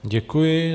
Děkuji.